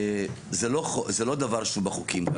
זה לא דבר שהוא בחוקים.